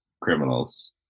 criminals